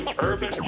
Urban